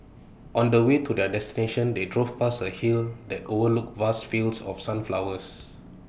on the way to their destination they drove past A hill that overlooked vast fields of sunflowers